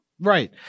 Right